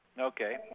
Okay